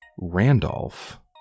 Randolph